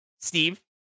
Steve